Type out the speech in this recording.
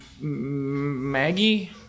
Maggie